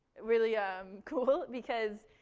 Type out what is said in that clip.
really ah um cool because,